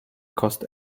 cost